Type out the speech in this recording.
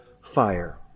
fire